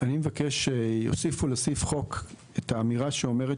אני מבקש שיוסיפו לחוק את האמירה שאומרת